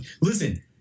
Listen